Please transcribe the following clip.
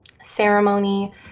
ceremony